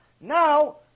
Now